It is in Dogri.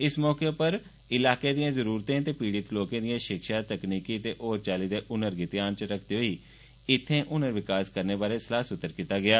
इस मौके उप र इलाके दिएं जरूरतें ते पीड़ित लोकें दिएं शिक्षा तकनीकी ते होर चाल्ली दे हनर गी ध्यान च रक्खदे होई इत्थें हनर विकास करने बार सलाह सुतर कीता गेआ